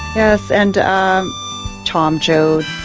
yes, and um tom joad,